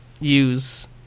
use